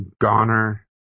Goner